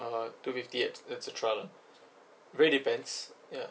uh two fifty at that's a trial lah really depends ya